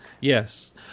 yes